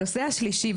הנושא השלישי,